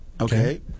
Okay